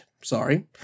Sorry